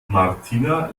martina